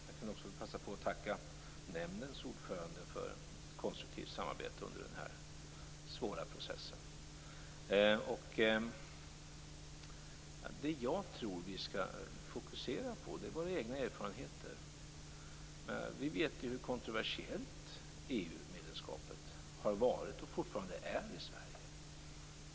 Fru talman! Jag vill passa på att tacka EU nämndens ordförande för ett konstruktivt samarbete under den här svåra processen. Det som jag tror att vi skall fokusera på är våra egna erfarenheter. Vi vet ju hur kontroversiellt EU medlemskapet har varit, och fortfarande är, i Sverige.